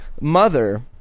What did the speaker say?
mother